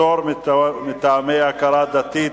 (פטור מטעמי הכרה דתית),